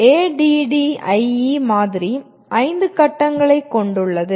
ADDIE மாதிரி 5 கட்டங்களைக் கொண்டுள்ளது